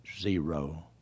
zero